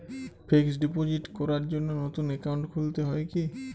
Fix deposit করার জন্য নতুন অ্যাকাউন্ট খুলতে হয় কী?